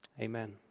Amen